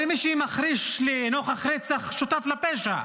הרי מי שמחריש נוכח רצח שותף לפשע.